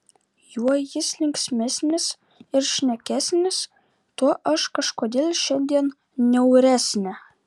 juo jis linksmesnis ir šnekesnis tuo aš kažkodėl šiandien niauresnė